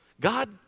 God